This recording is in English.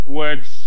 words